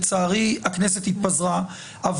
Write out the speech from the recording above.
לצערי, הכנסת התפזרה.